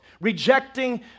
Rejecting